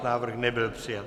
Návrh nebyl přijat.